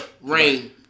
Rain